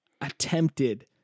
attempted